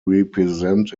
represent